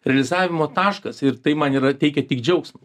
realizavimo taškas ir tai man yra teikia tik džiaugsmo